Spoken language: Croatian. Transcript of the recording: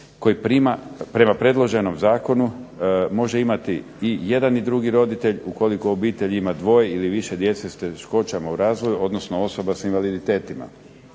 Prema predloženom zakonu može imati i jedan i drugi roditelj ukoliko obitelj ima dvoje ili više djece s teškoćama u razvoju, odnosno osoba sa invaliditetima.